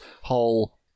whole